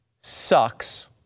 sucks